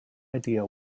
idea